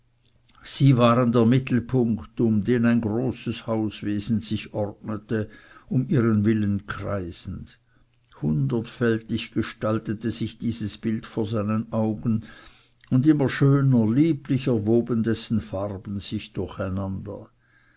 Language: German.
sie waren der mittelpunkt um den ein großes hauswesen sich ordnete um ihren willen kreisend hundertfältig gestaltete dieses bild sich vor seinen augen und immer schöner lieblicher woben dessen farben sich durcheinander